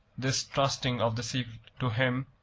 this trusting of the secret to him,